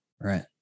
Right